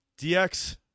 dx